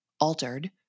altered